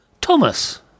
Thomas